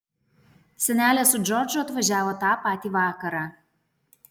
senelė su džordžu atvažiavo tą patį vakarą